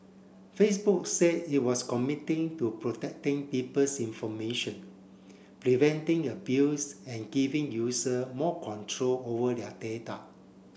Facebook say it was committing to protecting people's information preventing abuse and giving user more control over their data